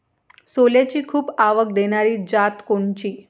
सोल्याची खूप आवक देनारी जात कोनची?